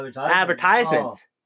Advertisements